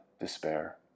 despair